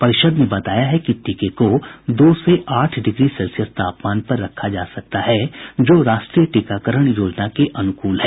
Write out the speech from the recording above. परिषद ने बताया है कि टीके को दो से आठ डिग्री सेल्सियस तापमान पर रखा जा सकता है जो राष्ट्रीय टीकाकरण योजना के अनुकूल है